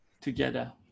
together